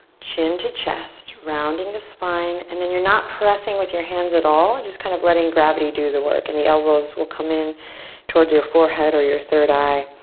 chin to chest, rounding the spine. and then you're not pressing with your hands at all. just kind of letting gravity do the work. and the elbows will come in towards your forehead or your third eye.